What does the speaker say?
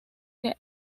que